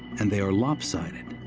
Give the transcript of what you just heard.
and they are lopsided,